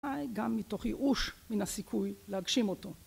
גם מתוך יאוש מן הסיכוי להגשים אותו